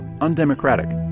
undemocratic